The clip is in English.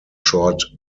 short